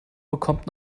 bekommt